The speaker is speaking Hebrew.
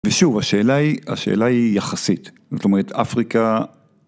ושוב השאלה היא, השאלה היא יחסית, זאת אומרת אפריקה